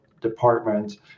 department